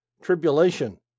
Tribulation